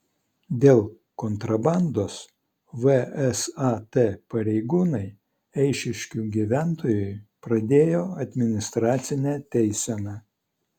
dėl kontrabandos vsat pareigūnai eišiškių gyventojui pradėjo administracinę teiseną